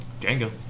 Django